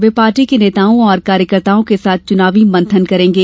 वे party के नेताओं और कार्यकर्ताओं के साथ चुनावी मंथन करेंगे